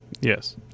Yes